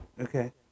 okay